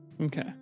Okay